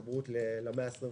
ההתחברות למאה ה-21.